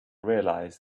realise